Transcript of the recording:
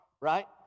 right